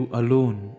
alone